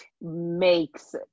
makes